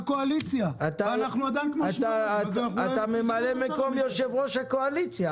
ואנחנו עדיין כמו שנוררים --- אתה ממלא-מקום יושב-ראש הקואליציה,